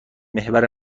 محور